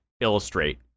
illustrate